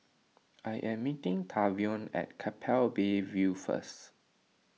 I am meeting Tavion at Keppel Bay View first